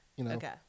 okay